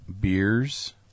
beers